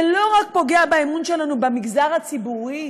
זה לא רק פוגע באמון שלנו במגזר הציבורי,